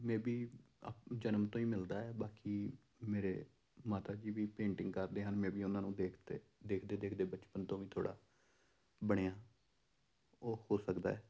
may be ਆ ਜਨਮ ਤੋਂ ਹੀ ਮਿਲਦਾ ਹੈ ਬਾਕੀ ਮੇਰੇ ਮਾਤਾ ਜੀ ਵੀ ਪੇਂਟਿੰਗ ਕਰਦੇ ਹਨ ਮੈਂ ਵੀ ਉਹਨਾਂ ਨੂੰ ਦੇਖਤੇ ਦੇਖਦੇ ਦੇਖਦੇ ਬਚਪਨ ਤੋਂ ਵੀ ਥੋੜ੍ਹਾ ਬਣਿਆ ਹਾਂ ਉਹ ਹੋ ਸਕਦਾ ਹੈ